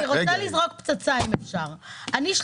אני רוצה לזרוק פצצה, אם אפשר -- פצצה?